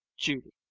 judy